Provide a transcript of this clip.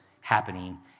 happening